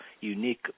unique